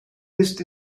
ist